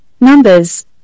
numbers